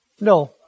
No